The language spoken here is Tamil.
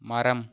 மரம்